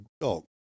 dog